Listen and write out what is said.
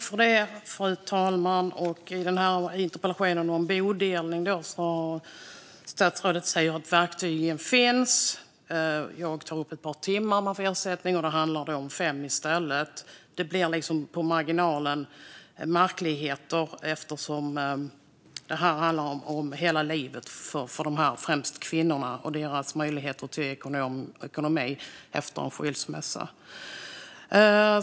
Fru talman! I denna interpellationsdebatt om bodelning säger statsrådet att verktygen finns. Jag säger att man får ersättning för ett par timmar. Det handlar i stället om fem. Det blir liksom märkligheter på marginalen eftersom det handlar om hela livet för dessa personer, främst kvinnor, och deras ekonomiska möjligheter efter en skilsmässa.